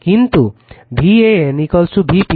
কিন্তু VAN Vp তাই এটি হবে √ 3 বার Vp